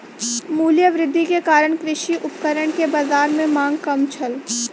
मूल्य वृद्धि के कारण कृषि उपकरण के बाजार में मांग कम छल